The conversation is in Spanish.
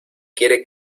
quiere